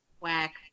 Whack